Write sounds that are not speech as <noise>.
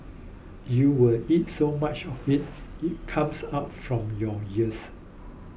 you will eat so much of it <hesitation> comes out from your ears